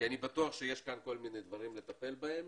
כי אני בטוח שיש כאן כל מיני דברים לטפל בהם.